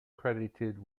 credited